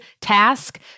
task